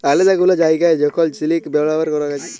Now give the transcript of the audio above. আলেদা গুলা জায়গায় যখল সিলিক বালাবার কাজ হ্যয়